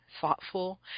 thoughtful